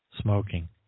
Smoking